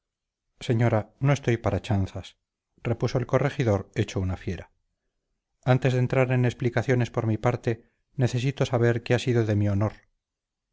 señora no estoy para chanzas repuso el corregidor hecho una fiera antes de entrar en explicaciones por mi parte necesito saber qué ha sido de mi honor